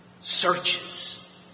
searches